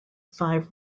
five